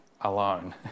alone